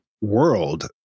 world